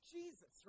Jesus